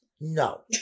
No